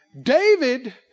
David